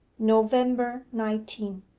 november nineteen.